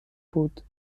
بود